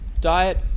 Diet